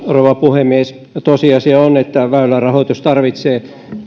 rouva puhemies tosiasia on että väylärahoitus tarvitsee